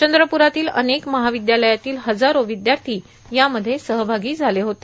चंद्रपूरातील अनेक महाविदयालयातील हजारो विदयार्था यामध्ये सहभागी झाले होते